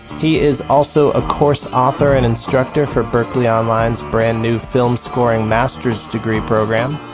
he is also a course author and instructor for berklee online's brand new films scoring masters degree program,